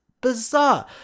bizarre